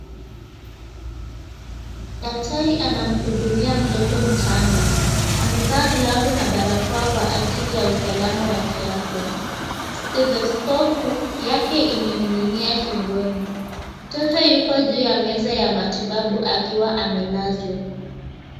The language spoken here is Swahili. Daktari anamhudumia mtoto mchanga. Amevaa glavu na barakoa kwa ajili ya usalama wa kiafya. Stethoscopu yake imeninginia shingoni. Mtoto yuko juu ya meza ya matibabu akiwa amelazwa.